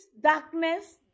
darkness